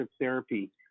therapy